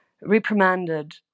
reprimanded